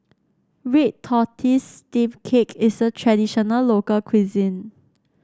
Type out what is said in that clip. Red Tortoise Steamed Cake is a traditional local cuisine